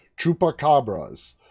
Chupacabras